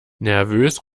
nervös